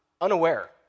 unaware